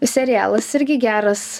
serialas irgi geras